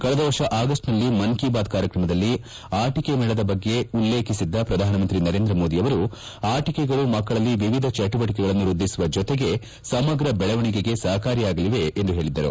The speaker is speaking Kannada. ಕಳೆದ ವರ್ಷ ಆಗಸ್ಟ್ನಲ್ಲಿ ಮನ್ ಕೀ ಬಾತ್ ಕಾರ್ಯಕ್ರಮದಲ್ಲಿ ಆಟಿಕೆ ಮೇಳದ ಬಗ್ಗೆ ಉಲ್ಲೇಖಿಸಿದ್ದ ಪ್ರಧಾನಮಂತ್ರಿ ನರೇಂದ್ರ ಮೋದಿ ಅವರು ಆಟಿಕೆಗಳು ಮಕ್ಕಳಲ್ಲಿ ವಿವಿಧ ಚಟುವಟಿಕೆಗಳನ್ನು ವ್ಯದ್ಧಿಸುವ ಜೊತೆಗೆ ಸಮಗ್ರ ಬೆಳವಣಿಗೆಗೆ ಸಹಕಾರಿಯಾಗಲಿದೆ ಎಂದು ಹೇಳಿದ್ದರು